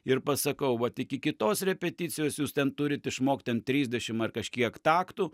ir pasakau vat iki kitos repeticijos jūs ten turit išmokt ten trisdešim ar kažkiek taktų